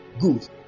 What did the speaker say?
Good